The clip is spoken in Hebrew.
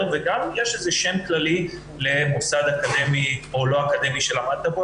וגם יש איזה שם כללי למוסד אקדמי או לא אקדמי שלמדת בו,